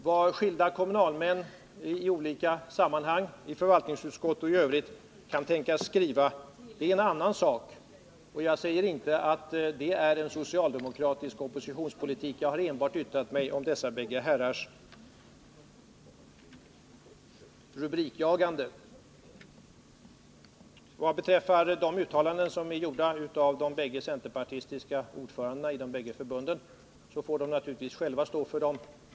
Vad skilda kommunalmän i förvaltningsutskott och i övrigt kan tänkas skriva i olika sammanhang är en annan sak. Jag påstår inte att det är socialdemokratisk oppositionspolitik. Jag har enbart yttrat mig om dessa bägge herrars rubrikjagande. De uttalanden som gjorts av de bägge centerpartistiska ordförandena i de två förbunden får de naturligtvis själva stå för.